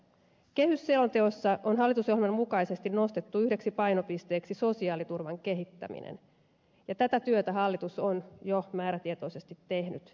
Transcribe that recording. kehysselonteossa on hallitusohjelman mukaisesti nostettu yhdeksi painopisteeksi sosiaaliturvan kehittäminen ja tätä työtä hallitus on jo määrätietoisesti tehnyt